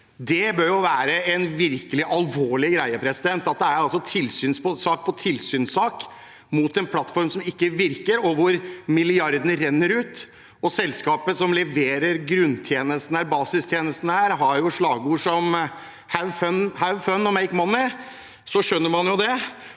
det jo være en virkelig alvorlig greie, at det altså er tilsynssak på tilsynssak mot en plattform som ikke virker, og hvor milliardene renner ut. Når selskapet som leverer basistjenestene, har slagord som «have fun – make money», skjønner man jo det.